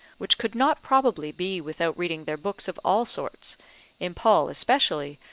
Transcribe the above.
which could not probably be without reading their books of all sorts in paul especially,